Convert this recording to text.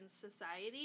Society